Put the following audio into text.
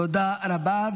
תודה רבה.